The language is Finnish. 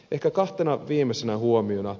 ehkä kahtena viimeisenä huomiona